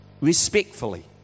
Respectfully